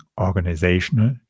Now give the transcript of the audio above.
organizational